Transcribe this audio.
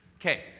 Okay